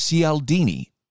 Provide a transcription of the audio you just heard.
Cialdini